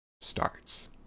starts